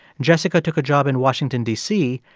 jessica took a job in washington, d c,